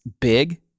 big